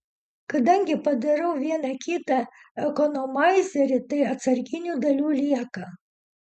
kadangi padarau vieną kitą ekonomaizerį tai atsarginių dalių lieka